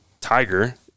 Tiger